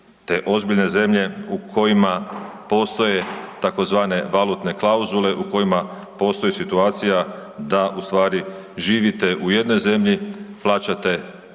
te ozbiljne zemlje u kojima postoje tzv. valutne klauzule, u kojima postoji situacija da ustvari živite u jednoj zemlji, plaćate